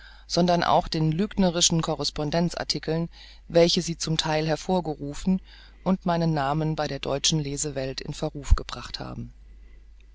sondern auch den lügnerischen correspondenz artikeln welche sie zum theil hervorgerufen und meinen namen bei der deutschen lese welt in verruf gebracht haben